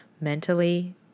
mentally